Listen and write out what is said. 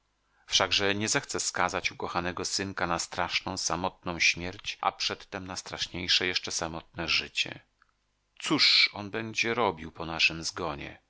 wszakże nie zechce skazać ukochanego synka na straszną samotną śmierć a przedtem na straszniejsze jeszcze samotne życie cóż on będzie robił po naszym zgonie